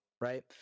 right